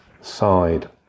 side